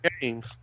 games